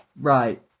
Right